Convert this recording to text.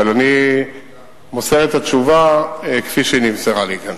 אבל אני מוסר את התשובה כפי שהיא נמסרה לי כאן.